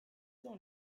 dans